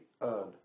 earn